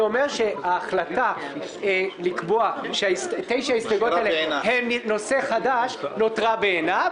זה אומר שההחלטה לקבוע ש-9 ההסתייגויות האלה הן נושא חדש נותרה בעינה,